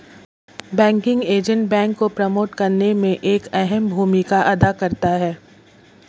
banking agent bank को promote करने में एक अहम भूमिका अदा करता है